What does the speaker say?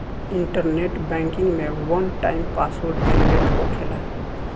internet banking में one time password generate होखेला